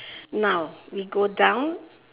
now we go down